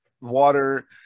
water